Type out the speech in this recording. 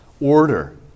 Order